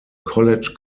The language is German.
college